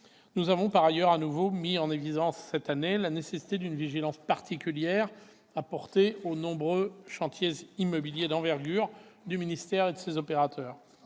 nous avons à nouveau mis en évidence cette année la nécessité d'une vigilance particulière sur les nombreux chantiers immobiliers d'envergure du ministère et de ses opérateurs.